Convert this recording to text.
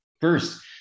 First